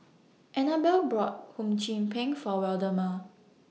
Anabelle bought Hum Chim Peng For Waldemar